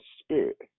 spirit